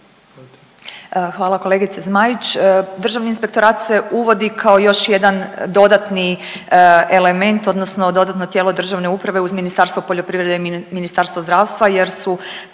Hvala kolegice Zmaić. Državni inspektorat se uvodi kao još jedan dodatni element odnosno dodatno tijelo državne uprave uz Ministarstvo poljoprivrede i Ministarstvo zdravstva jer su